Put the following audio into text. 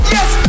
Yes